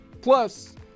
Plus